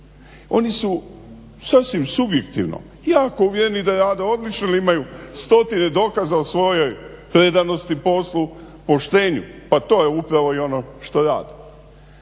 Oni su sasvim subjektivno, iako uvjereni da rade odlično jer imaju stotine dokaza o svojoj predanosti poslu, poštenju, pa to je upravo i ono što rade,